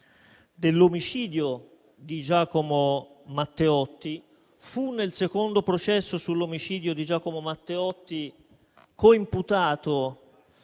dell'omicidio di Giacomo Matteotti; fu, nel secondo processo sull'omicidio di Giacomo Matteotti, coimputato